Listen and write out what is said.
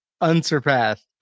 unsurpassed